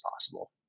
possible